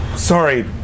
Sorry